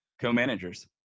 co-managers